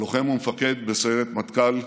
כלוחם ומפקד בסיירת מטכ"ל,